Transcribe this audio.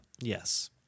Yes